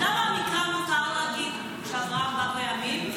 אז למה במקרא מותר להגיד שאברהם בא בימים,